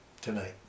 tonight